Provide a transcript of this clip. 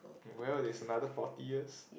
well there is another forty years